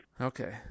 Okay